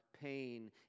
pain